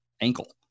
ankle